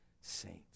saints